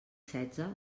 setze